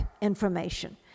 information